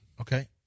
Okay